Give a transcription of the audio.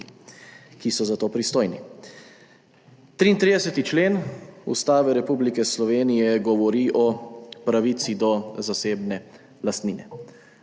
ki so za to pristojni. 33. člen Ustave Republike Slovenije govori o pravici do zasebne lastnine.